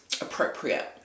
appropriate